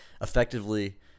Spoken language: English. Effectively